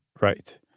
Right